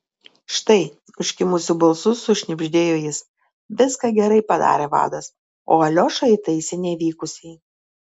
štai užkimusiu balsu sušnibždėjo jis viską gerai padarė vadas o aliošą įtaisė nevykusiai